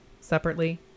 separately